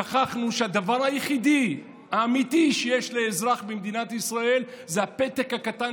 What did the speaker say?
שכחנו שהדבר היחידי האמיתי שיש לאזרח במדינת ישראל זה הפתק הקטן,